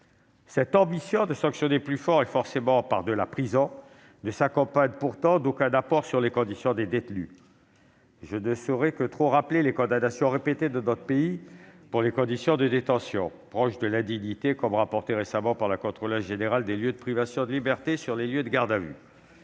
Cette ambition de sanctionner toujours plus fort, forcément par de la prison, ne s'accompagne pourtant d'aucun apport sur les conditions de vie des détenus. Je ne saurais trop rappeler les condamnations répétées de notre pays pour des conditions de détention proches de l'indignité, comme l'a récemment souligné la Contrôleuse générale des lieux de privation de liberté au sujet des lieux de garde à vue.